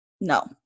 no